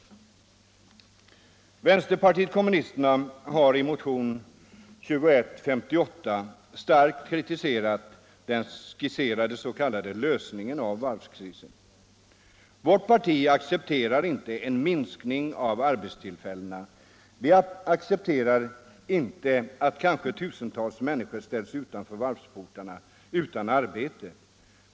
Vänsterpartiet kommunisterna har i motion 2158 starkt kritiserat den skisserade s.k. lösningen av varvskrisen. Vårt parti accepterar inte en minskning av arbetstillfällena. Vi accepterar inte att kanske tusentals människor ställs utanför varvsportarna — utan arbete.